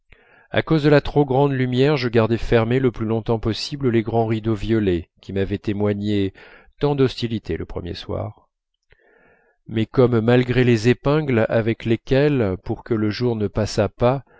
à cause de la trop grande lumière je gardais fermés le plus longtemps possible les grands rideaux violets qui m'avaient témoigné tant d'hostilité le premier soir mais comme malgré les épingles avec lesquelles pour que le jour ne passât pas